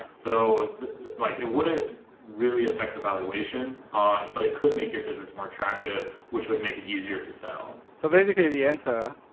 so like it wouldn't really affect the valuation but it could make your business more attractive, which would make it easier to sell. so basically the answer,